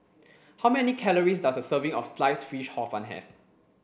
how many calories does a serving of sliced fish hor fun have